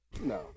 No